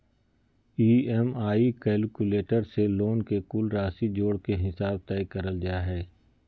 EMI calculator से loan के कुल राशि जोड़ के हिसाब तय करल जा हय